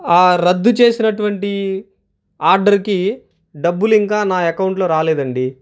రద్దు చేసినటువంటి ఆర్డర్కి డబ్బులు ఇంకా నా అకౌంట్లో రాలేదండి